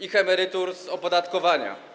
ich emerytur z opodatkowania.